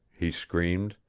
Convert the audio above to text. he screamed.